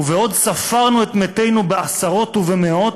ובעודנו סופרים את מתינו בעשרות ובמאות,